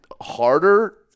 harder